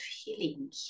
healing